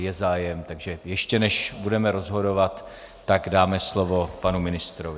Je zájem, takže ještě než budeme rozhodovat, tak dáme slovo panu ministrovi.